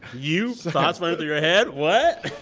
you, thoughts running through your head what?